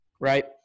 right